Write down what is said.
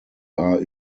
are